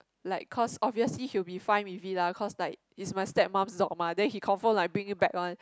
like cause obviously he will be fine with it lah cause like its my stepmom's dog mah then he confirm like bring it back one